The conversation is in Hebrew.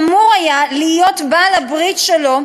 שאמור היה להיות בעל-הברית שלו,